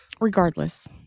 Regardless